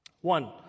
One